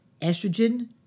estrogen